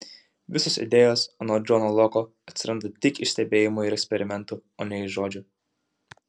visos idėjos anot džono loko atsiranda tik iš stebėjimų ir eksperimentų o ne iš žodžių